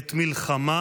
עת מלחמה